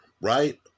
right